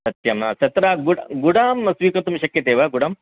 सत्यं तत्र गुड् गुडः स्वीकर्तुं शक्यते वा गुडः